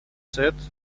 said